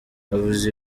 navuze